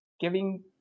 giving